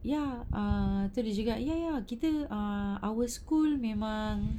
ya uh tu dia cakap ya ya kita err our school memang